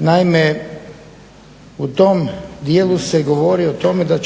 Naime, u tom dijelu se govori o tome da